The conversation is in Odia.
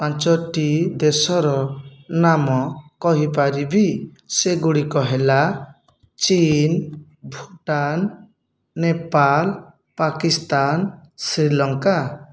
ପାଞ୍ଚଟି ଦେଶର ନାମ କହିପାରିବି ସେଗୁଡ଼ିକ ହେଲା ଚୀନ ଭୁଟାନ ନେପାଳ ପାକିସ୍ତାନ ଶ୍ରୀଲଙ୍କା